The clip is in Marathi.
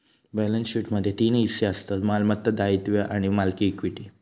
बॅलेंस शीटमध्ये तीन हिस्से असतत मालमत्ता, दायित्वे आणि मालकी इक्विटी